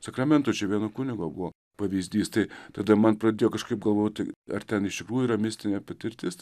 sakramento čia vieno kunigo buvo pavyzdys tai tada man pradėjo kažkaip galvoti ar ten iš tikrųjų yra mistinė patirtis